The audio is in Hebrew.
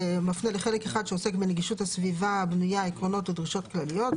ת"י 1918 חלק 1 נגישות הסביבה הבנויה: עקרונות ודרישות כלליות.